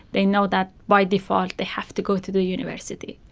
they know that by default they have to go to the university.